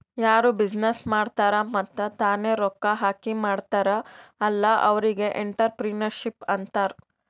ಯಾರು ಬಿಸಿನ್ನೆಸ್ ಮಾಡ್ತಾರ್ ಮತ್ತ ತಾನೇ ರೊಕ್ಕಾ ಹಾಕಿ ಮಾಡ್ತಾರ್ ಅಲ್ಲಾ ಅವ್ರಿಗ್ ಎಂಟ್ರರ್ಪ್ರಿನರ್ಶಿಪ್ ಅಂತಾರ್